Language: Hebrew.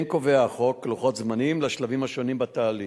כן קובע החוק לוחות זמנים לשלבים שונים בתהליך,